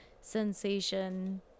sensation